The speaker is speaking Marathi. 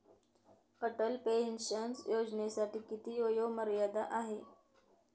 अटल पेन्शन योजनेसाठी किती वयोमर्यादा आहे?